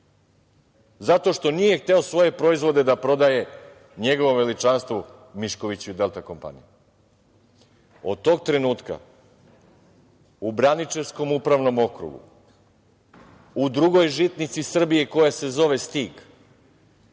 zato što nije hteo svoje proizvode da prodaje njegovom veličanstvu Miškoviću „Delta kompaniji“.Od tog trenutka u Braničevskom upravnom okrugu u drugoj žitnici Srbije koja se zove „Stig“